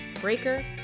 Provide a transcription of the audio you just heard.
Breaker